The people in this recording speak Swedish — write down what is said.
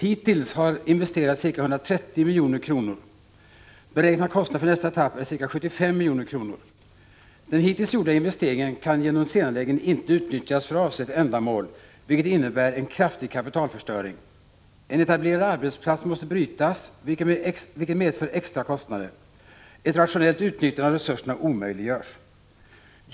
Hittills har det investerats ca 130 milj.kr. i denna ombyggnad. Den beräknade kostnaden för nästa etapp är ca 75 milj.kr. Den hittills gjorda investeringen kan till följd av senareläggningen inte utnyttjas för avsett ändamål, vilket innebär en kraftig kapitalförstöring. En etablerad arbetsplats måste brytas, vilket medför extra kostnader. Ett rationellt utnyttjande av resurserna omöjliggörs.